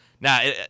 Now